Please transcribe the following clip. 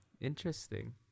Interesting